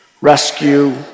rescue